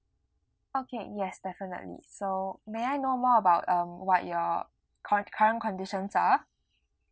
okay yes definitely so may I know more about um what your current current conditions are